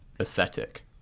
aesthetic